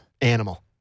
Animal